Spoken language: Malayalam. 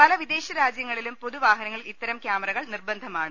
പല വിദേശ രാജ്യങ്ങളിലും പൊതുവാഹനങ്ങളിൽ ഇത്തരം കാമറകൾ നിർബന്ധമാണ്